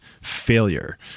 failure